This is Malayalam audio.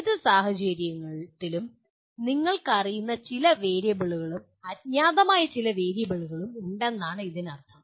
ഏത് സാഹചര്യത്തിലും നിങ്ങൾക്ക് അറിയുന്ന ചില വേരിയബിളുകളും അജ്ഞാതമായ ചില വേരിയബിളുകളും ഉണ്ടെന്നാണ് ഇതിനർത്ഥം